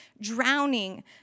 drowning